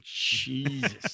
Jesus